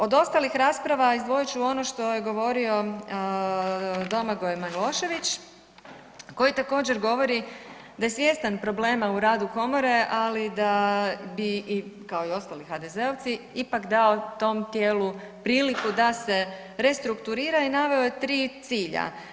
Od ostalih rasprava izdvojit ću ono što je govorio Domagoj Milošević koji također govori da je svjestan problema u radu komore, ali da bi kao i ostali HDZ-ovci ipak dao tom tijelu priliku da se restrukturira i naveo je 3 cilja.